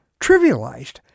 trivialized